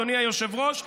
אדוני היושב-ראש,